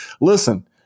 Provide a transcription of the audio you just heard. Listen